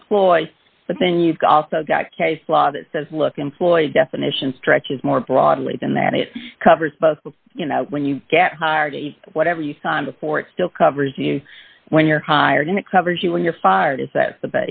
an employee but then you've got also got case law that says look employee definition stretches more broadly than that it covers both you know when you get hardy whatever you sign before it still covers you when you're hired and it covers you when you're fired is that the